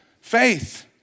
Faith